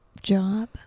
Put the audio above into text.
job